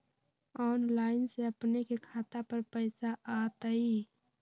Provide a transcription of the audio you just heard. Online से अपने के खाता पर पैसा आ तई?